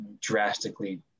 drastically